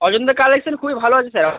অজন্তার collection খুবই ভালো আছে স্যার